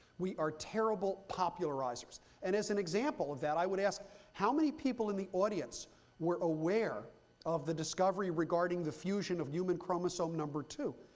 we are terrible popularizers. and as an example of that, i would ask how many people in the audience were aware of the discovery regarding the fusion of human chromosome number two,